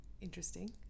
interesting